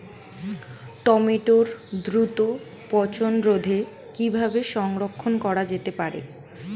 টমেটোর দ্রুত পচনরোধে কিভাবে সংরক্ষণ করা যেতে পারে?